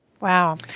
Wow